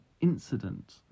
incident